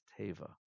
Teva